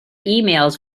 emails